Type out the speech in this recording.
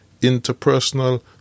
interpersonal